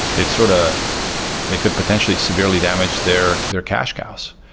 they sort of they could potentially severely damage their their cash cows.